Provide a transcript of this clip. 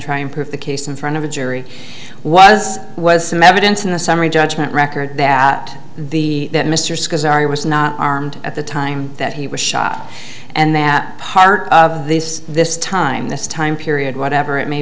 try and prove the case in front of a jury was was some evidence in the summary judgment record that the that mr was not armed at the time that he was shot and that part of this time this time period